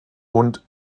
und